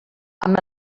amb